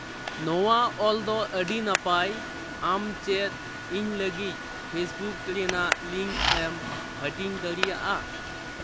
ᱱᱚᱣᱟ ᱚᱞ ᱫᱚ ᱟᱹᱰᱤ ᱱᱟᱯᱟᱭ ᱟᱢ ᱪᱮᱫ ᱤᱧ ᱞᱟᱹᱜᱤᱫ ᱯᱷᱮᱥᱵᱩᱠ ᱨᱮᱱᱟᱜ ᱞᱤᱝᱠ ᱮᱢ ᱦᱟᱹᱴᱤᱧ ᱫᱟᱲᱮᱭᱟᱜᱼᱟ